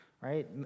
right